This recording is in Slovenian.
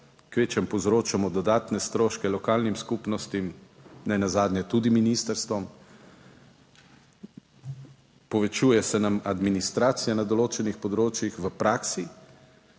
kvečjemu povzročamo dodatne stroške lokalnim skupnostim, nenazadnje tudi ministrstvom, povečuje se nam administracija na določenih področjih, v praksi